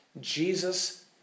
Jesus